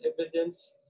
evidence